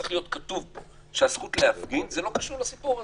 צריך להיות כתוב פה שהזכות להפגין זה לא קשור לסיפור הזה.